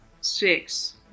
Six